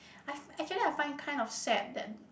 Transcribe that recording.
actually I find kind of sad that